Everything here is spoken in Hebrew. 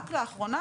רק לאחרונה,